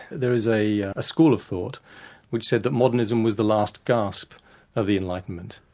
there is a ah school of thought which said that modernism was the last gasp of the enlightenment,